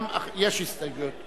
(תיקון מס' 8),